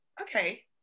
okay